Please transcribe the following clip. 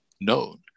known